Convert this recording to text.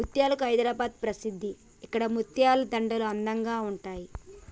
ముత్యాలకు హైదరాబాద్ ప్రసిద్ధి అక్కడి ముత్యాల దండలు అందంగా ఉంటాయి